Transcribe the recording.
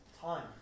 time